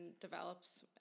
develops